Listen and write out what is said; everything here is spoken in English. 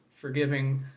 forgiving